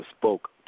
spoke